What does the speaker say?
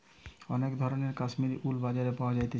অনেক ধরণের কাশ্মীরের উল বাজারে পাওয়া যাইতেছে